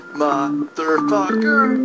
motherfucker